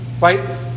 Right